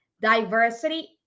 diversity